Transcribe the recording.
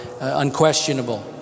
unquestionable